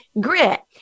Grit